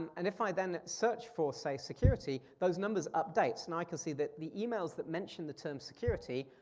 and if i then search for say, security, those numbers update. now i can see that the emails that mention the term security,